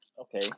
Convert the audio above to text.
Okay